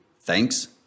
Thanks